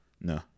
No